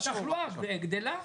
-- כשהתחלואה גדלה?